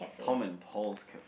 Tom and Pauls cafe